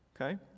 Okay